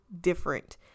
different